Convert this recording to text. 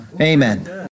Amen